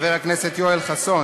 חבר הכנסת יואל חסון.